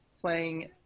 playing